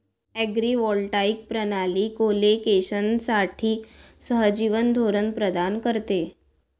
agrivoltaic प्रणाली कोलोकेशनसाठी सहजीवन धोरण प्रदान करते